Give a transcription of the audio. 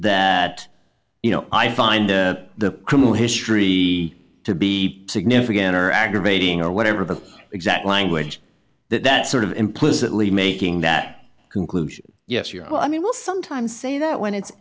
that you know i find the criminal history to be significant or aggravating or whatever the exact language that that sort of implicitly making that conclusion yes your i mean will sometimes say that when it's